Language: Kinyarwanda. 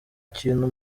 kintu